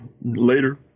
later